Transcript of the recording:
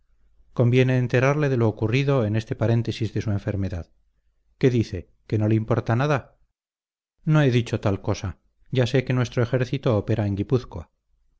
conviene enterarle de lo ocurrido en este paréntesis de su enfermedad qué dice que no le importa nada no he dicho tal cosa ya sé que nuestro ejército opera en